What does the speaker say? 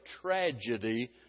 tragedy